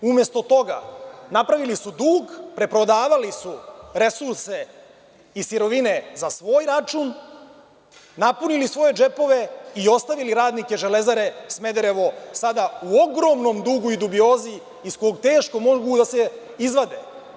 Umesto toga, napravili su dug, preprodavali su resurse i sirovine za svoj račun, napunili svoje džepove i ostavili radnike „Železare Smederevo“ u ogromnom dugu i dubiozi, iz kog teško mogu da se izvade.